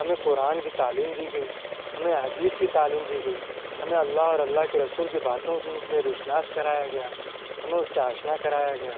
ہمیں قرآن کی تعلیم دی گئی ہمیں حدیث کی تعلیم دی گئی ہمیں اللّہ اور اللّہ کے رسول کی باتوں سے روشناس کرایا گیا ہمیں اس سے آشنا کرایا گیا